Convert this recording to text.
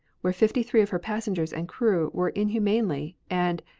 where fifty-three of her passengers and crew were inhumanly, and,